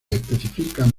especifican